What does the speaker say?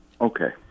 Okay